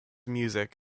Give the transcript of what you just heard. music